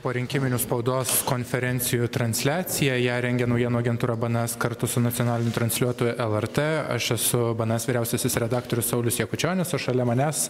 porinkiminių spaudos konferencijų transliaciją ją rengia naujienų agentūra bns kartu su nacionaliniu transliuotoju lrt aš esu bns vyriausiasis redaktorius saulius jakučionis o šalia manęs